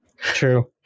true